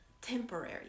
temporary